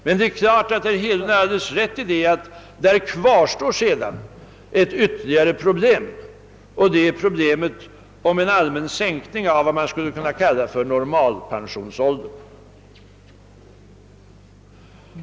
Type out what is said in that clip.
Men det är klart att herr Hedlund har alldeles rätt i att sedan kvarstår ytterligare ett problem, nämligen problemet om en allmän sänkning av vad man skulle kunna kalla för normalpensionsåldern.